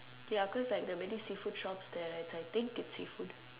ya cause like there are many seafood shops there and I think it's seafood